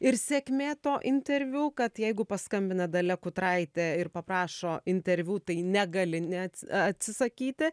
ir sėkmė to interviu kad jeigu paskambina dalia kutraitė ir paprašo interviu tai negali net atsisakyti